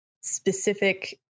specific